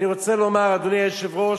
אני רוצה לומר, אדוני היושב-ראש,